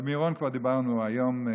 על מירון כבר דיברנו היום,